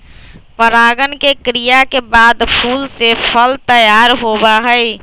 परागण के क्रिया के बाद फूल से फल तैयार होबा हई